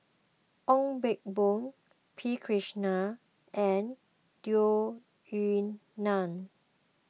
Ong Pang Boon P Krishnan and Tung Yue Nang